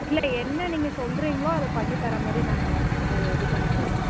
இல்லை என்ன நீங்கள் சொல்கிறீங்களோ அதை பண்ணித்தர மாதிரி நாங்கள் இது பண்ணிக்கிறோம் மேம்